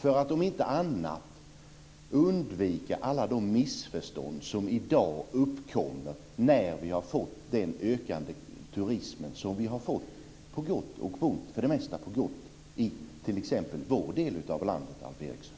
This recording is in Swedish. Om inte annat skulle man kunna undvika alla de missförstånd som i dag uppkommer med den ökade turism som vi har fått på gott och ont, för det mesta på gott, i t.ex. vår del av landet, Alf Eriksson.